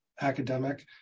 academic